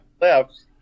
left